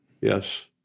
Yes